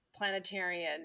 planetarian